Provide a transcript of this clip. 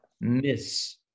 miss